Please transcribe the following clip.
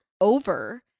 over